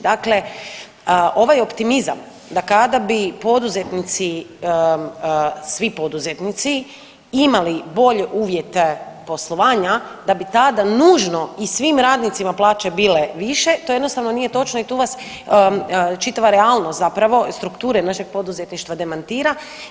Dakle, ovaj optimizam da kada bi poduzetnici, svi poduzetnici imali bolje uvjete poslovanja da bi tada nužno i svim radnicima plaće bile više to jednostavno nije točno i tu vas čitava realnost zapravo i strukture našeg poduzetništva demantira.